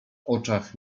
oczach